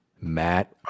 Matt